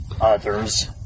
others